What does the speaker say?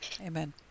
Amen